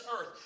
earth